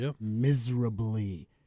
miserably